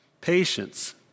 patience